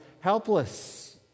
helpless